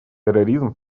терроризм